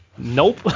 Nope